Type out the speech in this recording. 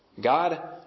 God